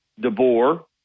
DeBoer